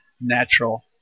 natural